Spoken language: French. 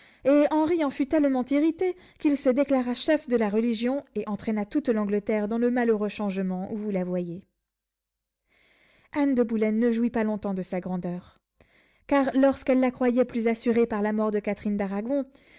henri en fut tellement irrité qu'il se déclara chef de la religion et entraîna toute l'angleterre dans le malheureux changement où vous la voyez anne de boulen ne jouit pas longtemps de sa grandeur car lorsqu'elle la croyait plus assurée par la mort de catherine d'aragon